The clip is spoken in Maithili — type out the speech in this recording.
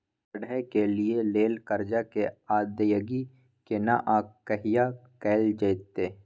पढै के लिए लेल कर्जा के अदायगी केना आ कहिया कैल जेतै?